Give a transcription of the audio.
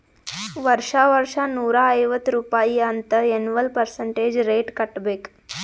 ವರ್ಷಾ ವರ್ಷಾ ನೂರಾ ಐವತ್ತ್ ರುಪಾಯಿ ಅಂತ್ ಎನ್ವಲ್ ಪರ್ಸಂಟೇಜ್ ರೇಟ್ ಕಟ್ಟಬೇಕ್